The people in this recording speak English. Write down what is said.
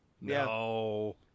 No